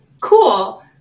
cool